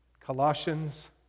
Colossians